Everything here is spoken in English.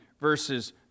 verses